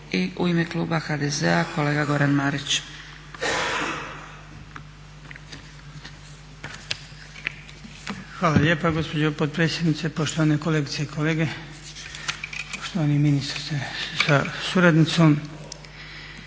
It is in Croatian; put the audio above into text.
Hvala lijepa gospođo potpredsjednice. Poštovane kolegice i kolege, poštovani ministre sa suradnicom.